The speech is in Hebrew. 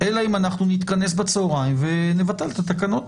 אלא אם אנחנו נתכנס בצוהריים ונבטל את התקנות